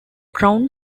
crown